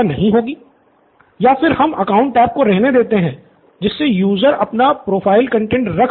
student Siddharth या फिर हम अकाउंट टैब को रहने देते है जिससे यूज़र अपना प्रोफ़ाइल कंटैंट रख सके